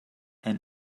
and